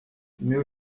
meu